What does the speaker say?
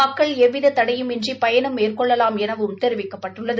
மக்கள் எவ்வித தடையும் இன்றி பயணம் மேற்கொள்ளலாம் எனவும் தெரிவிக்கப்பட்டுள்ளது